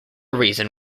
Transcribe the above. reason